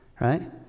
right